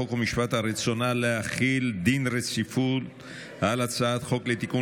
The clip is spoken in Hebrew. חוק ומשפט על רצונה להחיל דין רציפות על הצעת חוק לתיקון